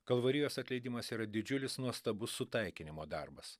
kalvarijos atleidimas yra didžiulis nuostabus sutaikinimo darbas